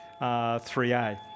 3A